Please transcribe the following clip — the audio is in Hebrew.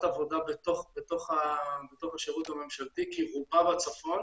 עבודה בתוך השירות הממשלתי כי רובם בצפון